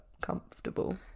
comfortable